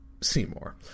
Seymour